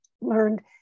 learned